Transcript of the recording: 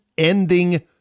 Ending